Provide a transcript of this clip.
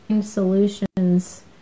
solutions